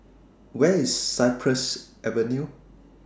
Where IS Cypress Avenue